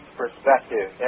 perspective